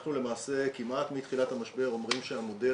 אנחנו כמעט מתחילת המשבר אומרים שהמודל